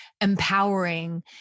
empowering